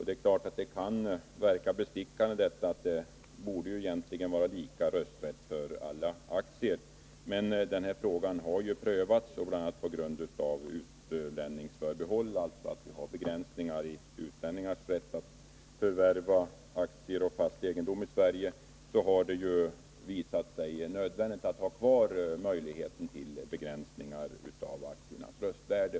Det kan verka bestickande att det borde vara lika rösträtt för alla aktier, men frågan har ju prövats, och bl.a. på grund av utlänningsför behåll, alltså att vi har begränsningar i utlänningars rätt att förvärva aktier Nr 148 och fast egendom i Sverige, har det visat sig nödvändigt att ha kvar möjligheten till begränsning av aktiernas röstvärde.